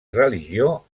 religió